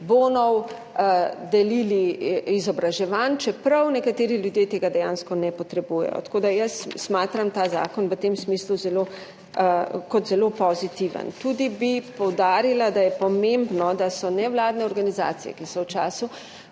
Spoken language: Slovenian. bone, delili izobraževanja, čeprav nekateri ljudje tega dejansko ne potrebujejo. Tako da jaz smatram ta zakon v tem smislu kot zelo pozitiven. Tudi bi poudarila, da je pomembno, da so nevladne organizacije, ki so v času